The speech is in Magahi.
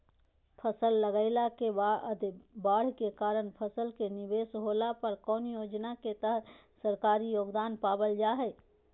फसल लगाईला के बाद बाढ़ के कारण फसल के निवेस होला पर कौन योजना के तहत सरकारी योगदान पाबल जा हय?